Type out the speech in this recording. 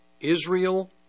Israel